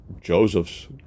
Joseph's